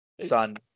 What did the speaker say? Son